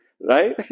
Right